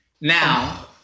Now